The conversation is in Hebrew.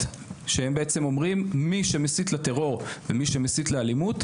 שהן בעצמך אומרות: מי שמסית לטרור ומי שמסית לאלימות,